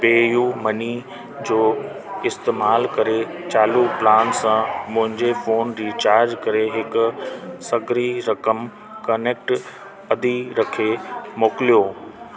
पे U money जो इस्तैमाल करे चालू प्लान सां मुंहिंजो फ़ोन रीचार्ज कर ऐं साॻिड़ी रक़म कनेक्ट खे मोकिलियो